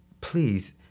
Please